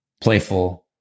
playful